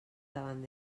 davant